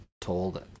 told